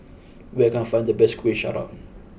where can I find the best Kuih Syara